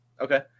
Okay